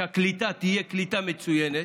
שהקליטה תהיה קליטה מצוינת.